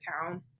town